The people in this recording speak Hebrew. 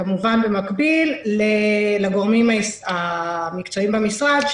וכמובן במקביל לגורמים המקצועיים במשרד,